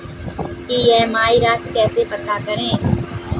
EMI राशि कैसे पता करें?